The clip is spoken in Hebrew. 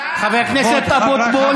חבר הכנסת אבוטבול,